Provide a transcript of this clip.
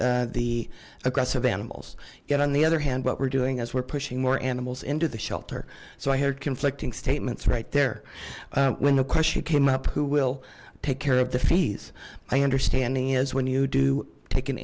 with the aggressive animals get on the other hand what we're doing is we're pushing more animals into the shelter so i heard conflicting statements right there when the question came up who will take care of the fees i understanding is when you do take an